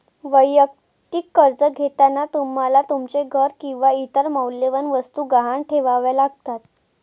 वैयक्तिक कर्ज घेताना तुम्हाला तुमचे घर किंवा इतर मौल्यवान वस्तू गहाण ठेवाव्या लागतात